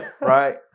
right